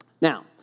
Now